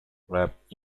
wrapped